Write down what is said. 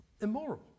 immoral